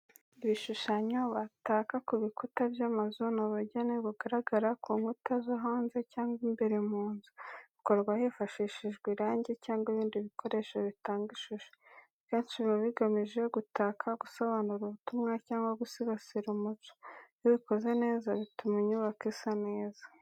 Ibishushanyo bataka kubikuta by'amazu ni ubugeni bugaragara ku nkuta zo hanze cyangwa imbere mu nzu, bukorwa hifashishijwe irangi cyangwa ibindi bikoresho bitanga ishusho. Akenshi biba bigamije gutaka, gusobanura ubutumwa, cyangwa gusigasira umuco. Iyo bikoze neza, bituma inyubako isa neza.